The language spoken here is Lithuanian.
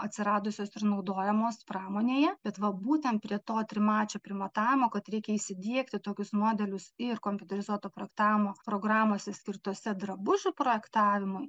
atsiradusios ir naudojamos pramonėje bet va būtent prie to trimačio primatavimo kad reikia įsidiegti tokius modelius ir kompiuterizuoto projektavimo programose skirtose drabužių projektavimui